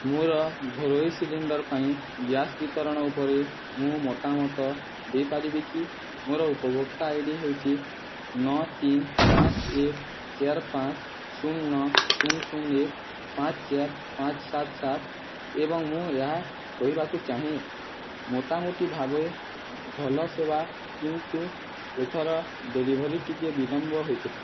ମୋର ଘରୋଇ ସିଲିଣ୍ଡର୍ ପାଇଁ ଗ୍ୟାସ ବିତରଣ ଉପରେ ମୁଁ ମତାମତ ଦେଇପାରିବି କି ମୋର ଉପଭୋକ୍ତା ଆଇ ଡ଼ି ହେଉଛି ନଅ ତିନି ପାଞ୍ଚ ଏକ ଚାରି ପାଞ୍ଚ ଶୂନ ନଅ ଶୂନ ଶୂନ ଏକ ପାଞ୍ଚ ଚାରି ପାଞ୍ଚ ସାତ ସାତ ଏବଂ ମୁଁ ଏହା ହୋଇବାକୁ ଚାହେଁ ମୋଟା ମୋଟି ଭାବେ ଭଲ ସେବା କିନ୍ତୁ ଏଥର ଡେଲିଭରି ଟିକେ ବିଳମ୍ବ ହୋଇଥିଲା